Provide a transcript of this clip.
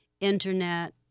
Internet